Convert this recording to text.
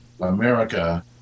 America